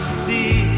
see